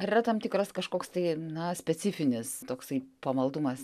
ar yra tam tikras kažkoks tai na specifinis toksai pamaldumas